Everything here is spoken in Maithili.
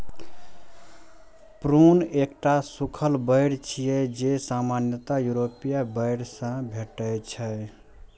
प्रून एकटा सूखल बेर छियै, जे सामान्यतः यूरोपीय बेर सं भेटै छै